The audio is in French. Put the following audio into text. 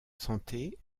santé